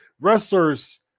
wrestlers